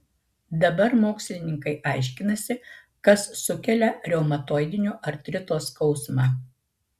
dabar mokslininkai aiškinasi kas sukelia reumatoidinio artrito skausmą